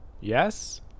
Yes